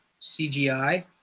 CGI